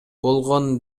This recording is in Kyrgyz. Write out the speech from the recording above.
болгон